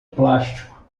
plástico